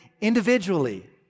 individually